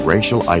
Racial